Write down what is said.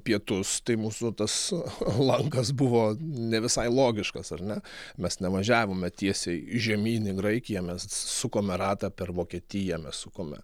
pietus tai mūsų tas lankas buvo ne visai logiškas ar ne mes nevažiavome tiesiai žemyn į graikiją mes s sukome ratą per vokietiją mes sukome